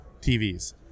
TVs